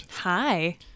Hi